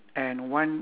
okay ya